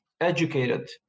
educated